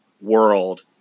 world